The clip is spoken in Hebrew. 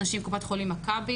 בסל.